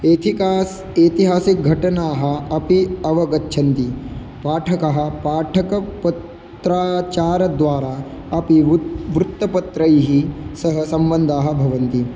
ऐतिहासिकाः ऐतिहासिकाः घटनाः अपि अवगच्छन्ति पाठकाः पाठकाः पत्राचारद्वारा अपि वुत् वृत्तपत्रैः सः सम्बन्धाः भवन्ति